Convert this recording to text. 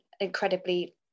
incredibly